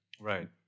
Right